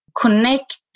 connect